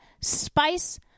Spice